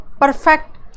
perfect